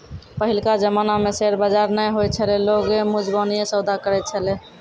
पहिलका जमाना मे शेयर बजार नै होय छलै लोगें मुजबानीये सौदा करै छलै